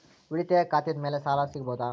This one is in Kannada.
ಉಳಿತಾಯ ಖಾತೆದ ಮ್ಯಾಲೆ ಸಾಲ ಸಿಗಬಹುದಾ?